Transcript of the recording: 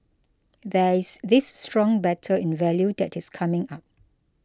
there is this strong battle in value that is coming up